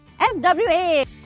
FWA